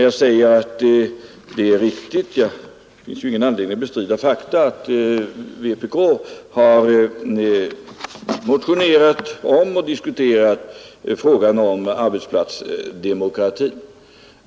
Jag sade att det är riktigt — det finns ingen anledning att bestrida fakta — att vpk har motionerat om och diskuterat frågan om arbetsplatsdemokrati.